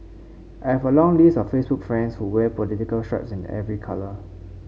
I have a long list of Facebook friends who wear political stripes in every colour